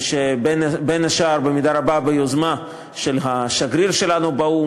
בין השאר במידה רבה ביוזמה של השגריר שלנו באו"ם.